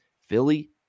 Philly